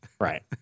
Right